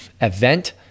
event